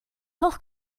hoch